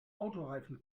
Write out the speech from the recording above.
autoreifen